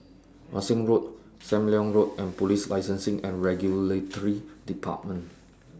Wan Shih Road SAM Leong Road and Police Licensing and Regulatory department